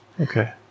okay